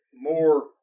more